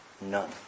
none